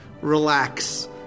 relax